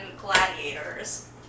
gladiators